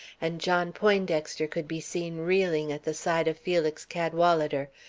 and john poindexter could be seen reeling at the side of felix cadwalader,